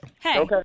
Hey